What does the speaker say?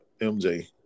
MJ